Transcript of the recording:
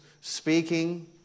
speaking